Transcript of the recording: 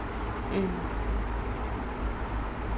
mm